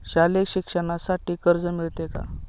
शालेय शिक्षणासाठी कर्ज मिळते का?